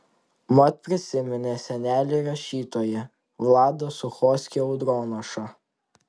mat prisiminė senelį rašytoją vladą suchockį audronašą